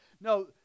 No